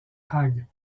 hague